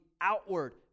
outward